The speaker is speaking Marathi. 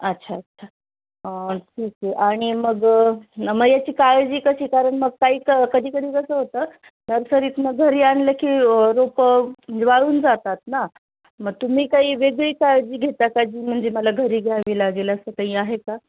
अच्छा अच्छा ठीक आहे आणि मग मग याची काळजी कशी कारण मग काही क कधी कधी कसं होतं नर्सरीतनं घरी आणलं की रोपं म्हणजे वाळून जातात ना मग तुम्ही काही वेगळी काळजी घेता का जी म्हणजे मला घरी घ्यावी लागेल असं काही आहे का